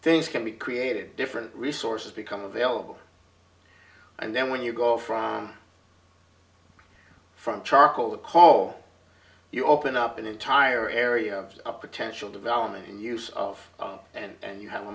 things can be created different resources become available and then when you go from from charcoal to call you open up an entire area of potential development and use of and you have a